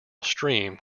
stream